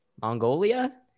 Mongolia